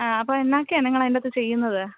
ആ അപ്പം എന്നൊക്കയാണ് നിങ്ങളതിനകത്ത് ചെയ്യുന്നത്